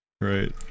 Right